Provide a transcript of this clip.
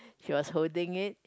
she was holding it